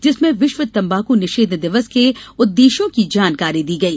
जिसमें विश्व तंबाकू निषेध दिवस के उद्देश्यों की जानकारी दी गई